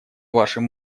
вашим